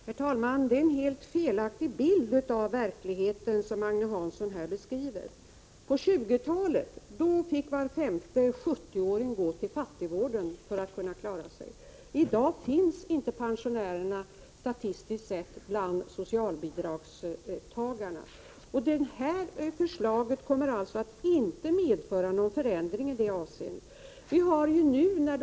Herr talman! Det är en helt felaktig bild av verkligheten som Agne Hansson beskriver. På 20-talet fick var femte 70-åring gå till fattigvården för att klara sig. I dag finns inte pensionärerna i statistiken över socialbidragstagarna. Detta förslag kommer alltså inte att medföra någon förändring i det avseendet.